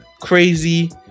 Crazy